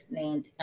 named